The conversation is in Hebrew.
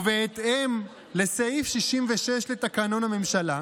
ובהתאם לסעיף 66 לתקנון הממשלה,